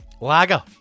Lager